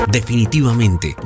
Definitivamente